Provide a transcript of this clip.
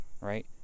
right